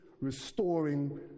restoring